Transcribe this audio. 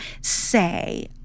say